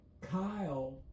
Kyle